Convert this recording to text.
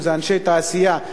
אם אנשי תעשייה,